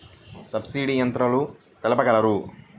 Subsidy యంత్రాలు తెలుపగలరు?